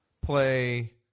play